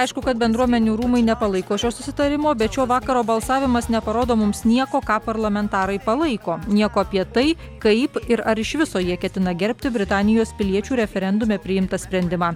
aišku kad bendruomenių rūmai nepalaiko šio susitarimo bet šio vakaro balsavimas neparodo mums nieko ką parlamentarai palaiko nieko apie tai kaip ir ar iš viso jie ketina gerbti britanijos piliečių referendume priimtą sprendimą